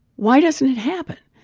why doesn't it happen?